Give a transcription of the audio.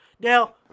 Now